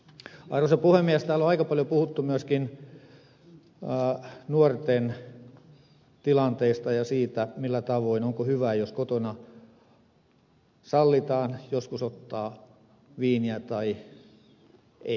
täällä on aika paljon puhuttu myöskin nuorten tilanteesta ja siitä onko hyvä jos kotona sallitaan joskus ottaa viiniä vai ei